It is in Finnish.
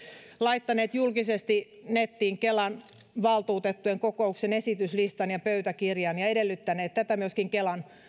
laittaneet julkisesti nettiin kelan valtuutettujen kokouksen esityslistan ja pöytäkirjan ja edellyttäneet tätä myöskin kelan